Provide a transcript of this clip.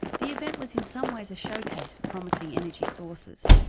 the event was in some ways a showcase for promising energy sources,